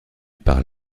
par